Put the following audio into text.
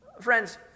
Friends